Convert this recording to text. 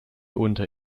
unter